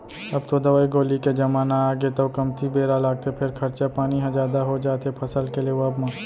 अब तो दवई गोली के जमाना आगे तौ कमती बेरा लागथे फेर खरचा पानी ह जादा हो जाथे फसल के लेवब म